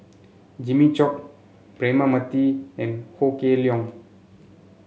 Jimmy Chok Braema Mathi and Ho Kah Leong